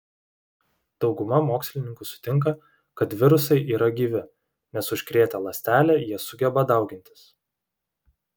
dauguma mokslininkų sutinka kad virusai yra gyvi nes užkrėtę ląstelę jie sugeba daugintis